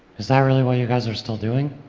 is that really what you guys are still doing?